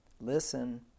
listen